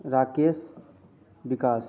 Rakesh Vikas